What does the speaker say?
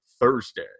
Thursday